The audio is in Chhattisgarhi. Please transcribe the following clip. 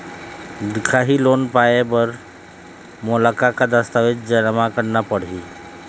दिखाही लोन पाए बर मोला का का दस्तावेज जमा करना पड़ही?